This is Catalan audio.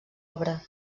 obra